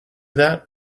that